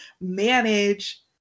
manage